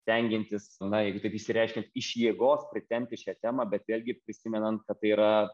stengiantis na jeigu taip išsireiškiant iš jėgos pritempti šią temą bet vėlgi prisimenant kad tai yra